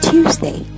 Tuesday